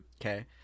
Okay